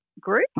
group